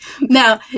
Now